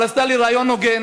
אבל היא עשתה לי ריאיון הוגן,